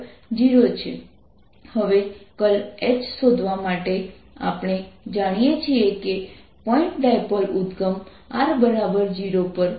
M0 હવે H શોધવા માટે આપણે જાણીએ છીએ કે પોઇન્ટ ડાયપોલ ઉદ્દગમ r0પર છે